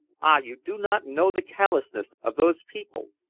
ah! you do not know the callousness of those people.